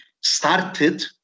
started